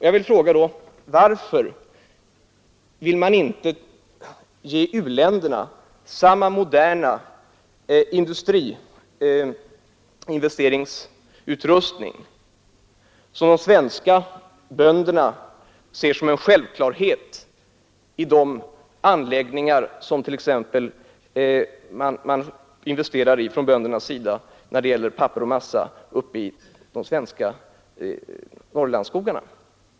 Jag vill då fråga: Varför vill man inte ge u-länderna samma moderna industriella utrustning som de svenska bönderna ser som en självklarhet i de anläggningar som bönderna investerar i, exempelvis när det gäller papper och massa från Norrlandsskogarna?